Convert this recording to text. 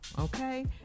okay